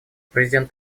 президент